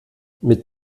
mit